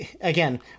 again